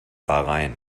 bahrain